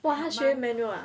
!wow! 他学 manual ah